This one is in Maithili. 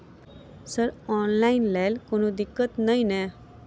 सर ऑनलाइन लैल कोनो दिक्कत न ई नै?